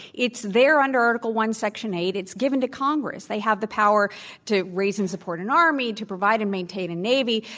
it's there under article i section eight. it's given to congress. they have the power to raise and support an army, to provide and maintain a navy,